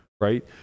right